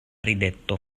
rideto